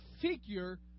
figure